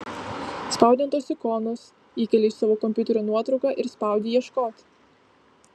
spaudi ant tos ikonos įkeli iš savo kompiuterio nuotrauką ir spaudi ieškoti